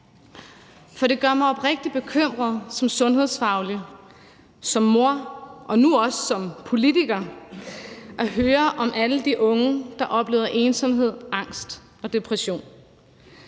Det gør mig oprigtigt bekymret som sundhedsfaglig, som mor og nu også som politiker at høre om alle de unge, der oplever ensomhed, angst og depression.